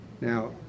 Now